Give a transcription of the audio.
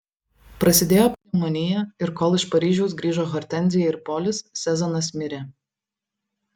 prasidėjo pneumonija ir kol iš paryžiaus grįžo hortenzija ir polis sezanas mirė